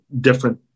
different